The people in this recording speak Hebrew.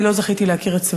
אני לא זכיתי להכיר את סבי,